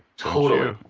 totally,